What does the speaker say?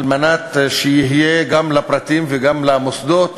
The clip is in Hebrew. על מנת שתהיה גם לפרטים וגם למוסדות